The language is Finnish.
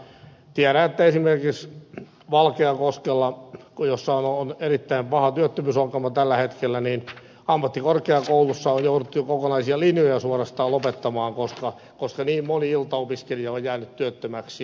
tiedän että esimerkiksi valkeakoskella missä on erittäin paha työttömyysongelma tällä hetkellä ammattikorkeakoulussa on jouduttu kokonaisia linjoja suorastaan lopettamaan koska niin moni iltaopiskelija on jäänyt työttömäksi